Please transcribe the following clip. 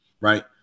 Right